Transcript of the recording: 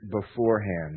beforehand